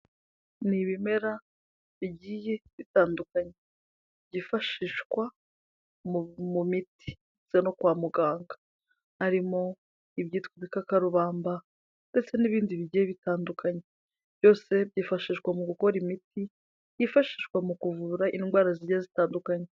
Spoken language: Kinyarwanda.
Ni ibimera bigiye bitandukanye byifashishwa mu miti no kwa muganga, harimo ibyitwaka ibikakarubamba ndetse n'ibindi bigiye bitandukanye, byose byifashishwa mu gukora imiti yifashishwa mu kuvura indwara zigiye zitandukanye.